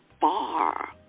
bar